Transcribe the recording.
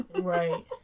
Right